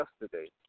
yesterday